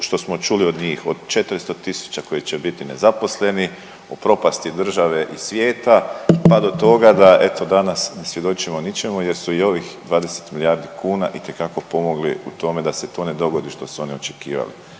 što smo čuli od tih, od 400 tisuća koji će biti nezaposleni, o propasti države i svijeta pa do toga da eto danas, svjedočimo ničemu jer su i ovih 20 milijardi kuna itekako pomogli u tome da se to ne dogodi što su oni očekivali.